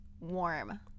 warm